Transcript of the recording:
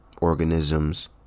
organisms